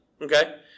okay